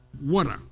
water